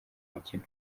mukino